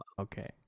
Okay